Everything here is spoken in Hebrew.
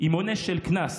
עם מונה של קנס,